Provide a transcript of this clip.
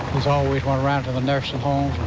always around to the nursing homes